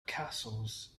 castles